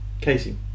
Casey